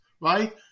right